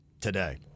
today